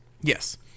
Yes